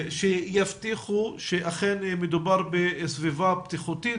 שיבטיחו שאכן מדובר בסביבה בטיחותית,